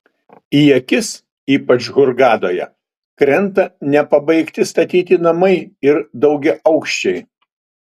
į akis ypač hurgadoje krenta nepabaigti statyti namai ir daugiaaukščiai